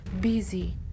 busy